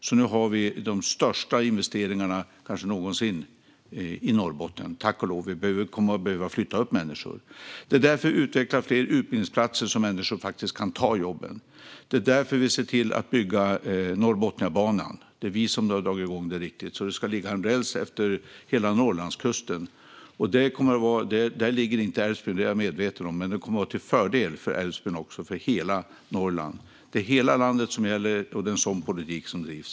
Nu görs tack och lov de kanske största investeringarna i Norrbotten någonsin, och människor kommer att behöva flytta upp. Vi ökar utbildningsplatserna så att människor kan ta dessa jobb. Vi ser också till att Norrbotniabanan byggs så att det ska ligga räls utmed hela Norrlandskusten. Jag är medveten om att Älvsbyn inte ligger där, men detta kommer ändå att vara till fördel för Älvsbyn och för hela Norrland. Det är hela landet som gäller, och det är en sådan politik som drivs.